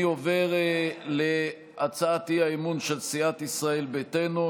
אני עובר להצעת האי-אמון של סיעת ישראל ביתנו,